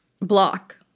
block